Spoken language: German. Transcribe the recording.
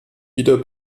wieder